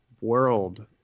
world